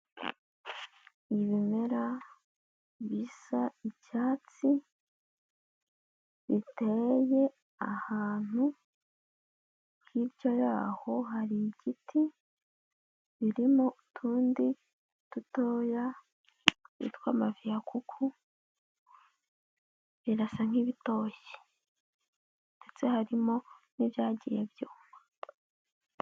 Ibimera bisa icyatsi, biteye ahantu, hirya yaho hari igiti, birimo utundi dutoya twitwa maviyakuku, birasa nk'ibitoshye ndetse harimo n'ibyagiye byuma.